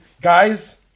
guys